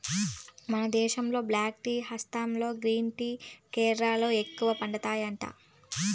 మన దేశంలో black tea Assam green tea Kerala ఎక్కువగా పండతాండాది